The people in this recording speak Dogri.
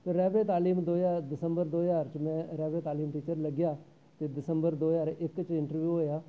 ते रैह्बर ए तालीम दो ज्हार दिसंबर दो ज्हार च मैं रैह्बर ए तालीम टीचर लग्गेआ ते दिसंबर दो ज्हार एक्क च इंटरव्यू होएया